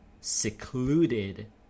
secluded